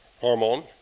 hormone